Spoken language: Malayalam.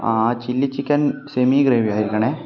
ആ ചില്ലി ചിക്കൻ സെമി ഗ്രേവി ആയിരിക്കണേ